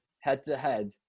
head-to-head